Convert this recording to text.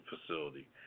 Facility